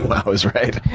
i was right.